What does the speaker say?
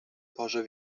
porze